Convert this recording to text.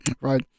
Right